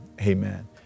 Amen